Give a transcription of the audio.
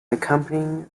accompanying